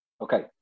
Okay